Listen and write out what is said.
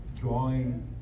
drawing